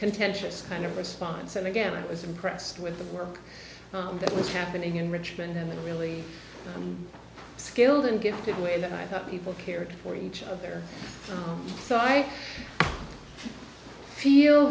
contentious kind of response and again it was impressed with the work that was happening in richmond and the really skilled and gifted way that i thought people cared for each other so i feel